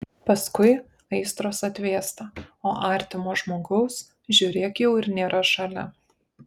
paskui aistros atvėsta o artimo žmogaus žiūrėk jau ir nėra šalia